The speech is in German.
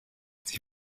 sie